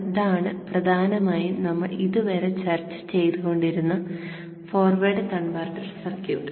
ഇതാണ് പ്രധാനമായും നമ്മൾ ഇതുവരെ ചർച്ച ചെയ്തുകൊണ്ടിരിക്കുന്ന ഫോർവേഡ് കൺവെർട്ടർ സർക്യൂട്ട്